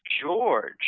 George